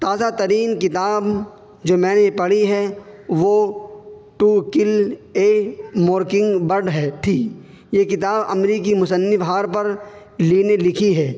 تازہ ترین کتاب جو میں نے پڑھی ہے وہ to kill a mockingbird ہے تھی یہ کتاب امریکی مصنف ہارپر لی نے لکھی ہے